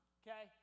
okay